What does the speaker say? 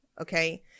okay